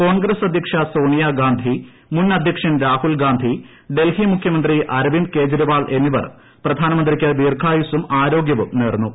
കോൺഗ്രസ് അദ്ധ്യക്ഷ സോണിയാ ഗാന്ധി മുൻ അദ്ധ്യക്ഷൻ രാഹുൽഗാന്ധി ഡൽഹി മുഖ്യമന്ത്രി അരവിന്ദ് കെജ്രിവാൾ എന്നിവർ പ്രധാനമന്ത്രിയ്ക്ക് ദീർഘായുസ്സും ആരോഗ്യവും നേർന്നു